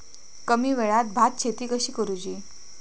कमी वेळात भात शेती कशी करुची?